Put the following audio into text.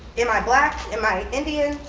am i black? am i indian?